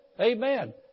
Amen